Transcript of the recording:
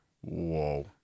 whoa